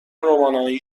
رومانیایی